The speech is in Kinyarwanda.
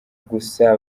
gusa